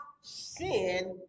sin